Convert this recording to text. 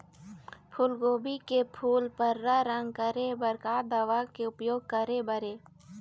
फूलगोभी के फूल पर्रा रंग करे बर का दवा के उपयोग करे बर ये?